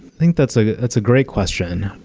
think that's like that's a great question,